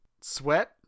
Sweat